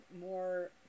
more